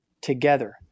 together